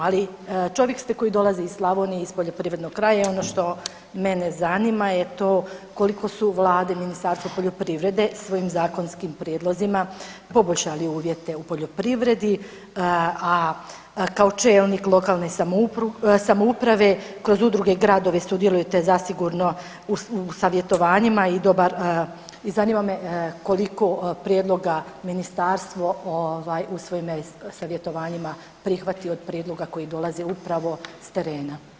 Ali čovjek ste koji dolazi iz Slavonije, iz poljoprivrednog kraja, ono što mene zanima je to koliko su u vladi i Ministarstvu poljoprivrede svojim zakonskim prijedlozima poboljšali uvjete u poljoprivredi, a kao čelnik lokalne samouprave kroz udruge i gradove sudjelujete zasigurno u savjetovanjima i dobar i zanima me koliko prijedloga ministarstvo ovaj u svojim e-savjetovanjima prihvatio od prijedloga koji dolaze upravo s terena?